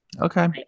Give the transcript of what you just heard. okay